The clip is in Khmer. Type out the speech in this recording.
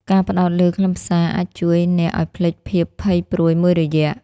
ការផ្តោតលើខ្លឹមសារអាចជួយអ្នកឱ្យភ្លេចភាពភ័យព្រួយមួយរយៈ។